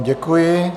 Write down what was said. Děkuji.